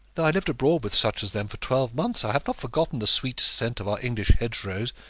though i lived abroad with such as them for twelve months, i have not forgotten the sweet scent of our english hedgerows,